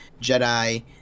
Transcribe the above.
Jedi